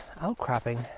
outcropping